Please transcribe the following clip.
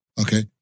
Okay